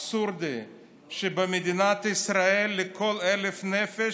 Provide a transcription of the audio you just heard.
אבסורדי שבמדינת ישראל לכל 1,000 נפש,